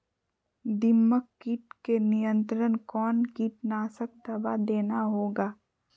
दीमक किट के नियंत्रण कौन कीटनाशक दवा देना होगा?